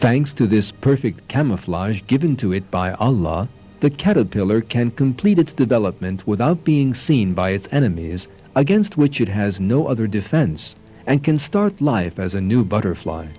thanks to this perfect camouflage given to it by our law the caterpillar can complete its development without being seen by its enemies against which it has no other defense and can start life as a new butterfly